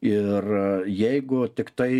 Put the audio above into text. ir jeigu tiktai